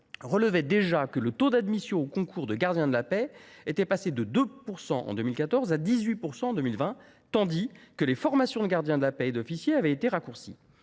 de 2014 à 2020, le taux d’admission au concours de gardien de la paix était passé de 2 % à 18 % des candidats, tandis que les formations de gardien de la paix et d’officier avaient été raccourcies.